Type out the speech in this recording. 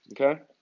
Okay